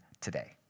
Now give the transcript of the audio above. today